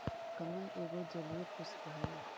कमल एगो जलीय पुष्प हइ